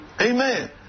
amen